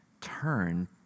turn